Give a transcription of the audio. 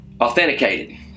authenticated